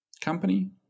company